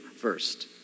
first